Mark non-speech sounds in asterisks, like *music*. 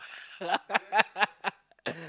*laughs*